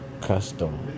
Custom